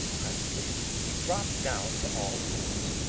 presently he dropped down to all fours.